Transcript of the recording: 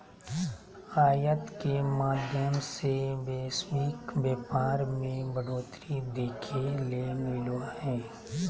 आयात के माध्यम से वैश्विक व्यापार मे बढ़ोतरी देखे ले मिलो हय